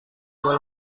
dua